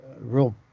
real